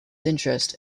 interests